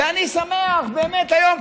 ואני שמח באמת היום,